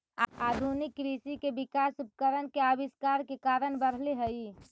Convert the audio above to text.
आधुनिक कृषि के विकास उपकरण के आविष्कार के कारण बढ़ले हई